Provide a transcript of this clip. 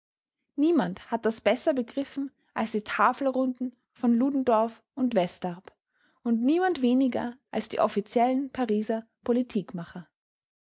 niemand hat das besser begriffen als die tafelrunden von ludendorff und westarp und niemand weniger als die offiziellen pariser